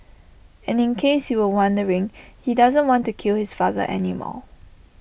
and in case you were wondering he doesn't want to kill his father anymore